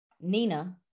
Nina